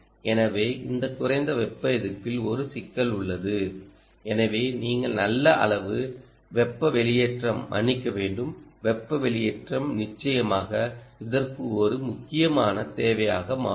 எனவே இந்த குறைந்த வெப்ப எதிர்ப்பில் ஒரு சிக்கல் உள்ளது எனவே நீங்கள் நல்ல அளவு வெப்ப வெளியேற்றம் மன்னிக்க வேண்டும் வெப்ப வெளியேற்றம் நிச்சயமாக இதற்கு ஒரு முக்கியமான தேவையாக மாறும்